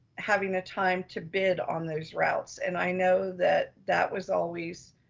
having a time to bid on those routes. and i know that that was always,